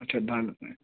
अच्छा दाल फ्राय